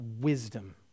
wisdom